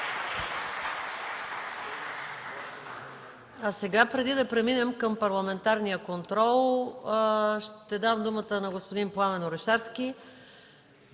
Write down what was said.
МАНОЛОВА: Преди да преминем към парламентарния контрол ще дам думата на господин Пламен Орешарски